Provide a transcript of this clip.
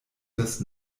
das